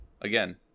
again